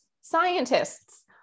scientists